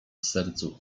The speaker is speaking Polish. sercu